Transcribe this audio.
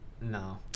No